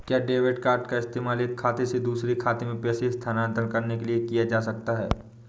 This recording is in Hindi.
क्या डेबिट कार्ड का इस्तेमाल एक खाते से दूसरे खाते में पैसे स्थानांतरण करने के लिए किया जा सकता है?